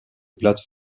plates